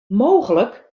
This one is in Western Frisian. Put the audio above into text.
mooglik